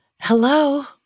hello